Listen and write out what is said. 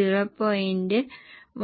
ഇപ്പോൾ ഇവിടെ